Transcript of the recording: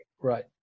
Right